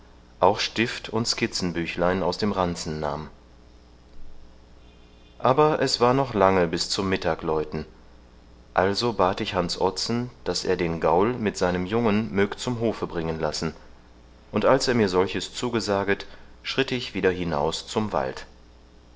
auch stift und skizzenbüchlein aus dem ranzen nahm aber es war noch lange bis zum mittagläuten also bat ich hans ottsen daß er den gaul mit seinem jungen mög zum hofe bringen lassen und als er mir solches zugesaget schritt ich wieder hinaus zum wald